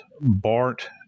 Bart